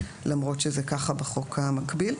למרות שזה ככה בחוק המקביל.